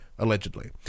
allegedly